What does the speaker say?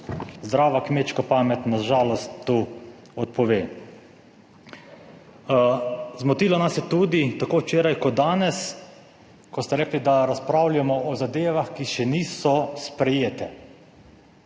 Zdrava kmečka pamet na žalost tu odpove. Zmotilo nas je tudi tako včeraj kot danes, ko ste rekli, da razpravljamo o zadevah, ki še niso sprejete.